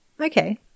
Okay